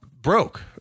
broke